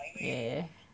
yeah